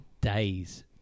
days